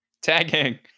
tagging